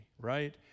right